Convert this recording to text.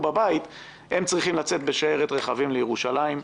בבית הם צריכים לצאת בשיירת רכבים לירושלים.